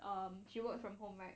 um she work from home right